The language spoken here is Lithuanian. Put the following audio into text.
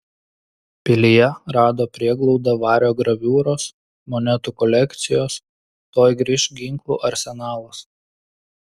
pilyje rado prieglaudą vario graviūros monetų kolekcijos tuoj grįš ginklų arsenalas